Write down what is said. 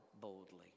boldly